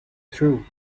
through